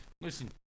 listen